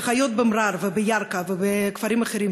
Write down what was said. שחיות במע'אר ובירכא ובכפרים אחרים,